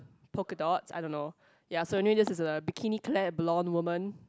polka dots I don't know ya so it just is bikini clap blown woman